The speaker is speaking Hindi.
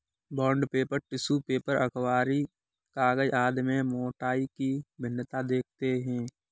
बॉण्ड पेपर, टिश्यू पेपर, अखबारी कागज आदि में मोटाई की भिन्नता देखते हैं